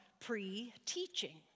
pre-teaching